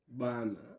bana